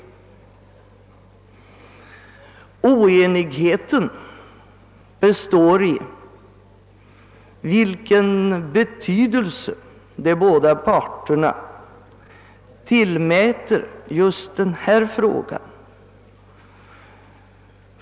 Oenigheten består i vilken betydelse de båda parterna tillmäter just den här frågan.